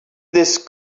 this